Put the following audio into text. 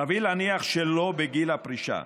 וסביר להניח שלא בגיל הפרישה.